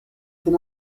can